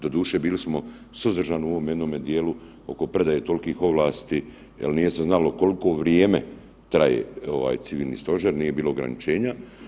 Doduše, bili smo suzdržani u ovome jednome dijelu oko predaje tolikih ovlasti jer nije se znalo koliko vrijeme traje, ovaj civilni stožer, nije bilo ograničenja.